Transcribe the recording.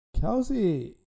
Kelsey